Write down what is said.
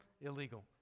illegal